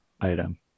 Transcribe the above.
Item